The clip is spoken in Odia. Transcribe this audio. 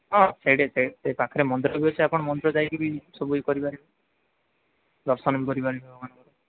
ହଁ ସେଇଠି ସେ ସେ ପାଖରେ ମନ୍ଦିର ବି ଅଛି ଆପଣ ମନ୍ଦିର ଯାଇକରି ସବୁ କରିପାରିବେ ଦର୍ଶନ ବି କରିପାରିବେ ଭଗବାନଙ୍କୁ